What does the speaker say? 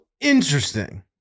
Interesting